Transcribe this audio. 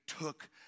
took